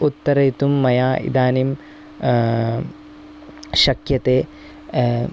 उत्तरयितुं मया इदानीं शक्यते